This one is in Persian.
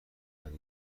قریب